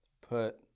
Put